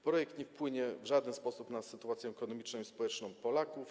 Projekt nie wpłynie w żaden sposób na sytuację ekonomiczną i społeczną Polaków.